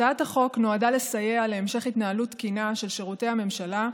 הצעת החוק נועדה לסייע בהמשך התנהלות תקינה של שירותי הממשלה,